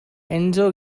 enzo